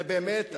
זה באמת,